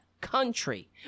country